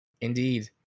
Indeed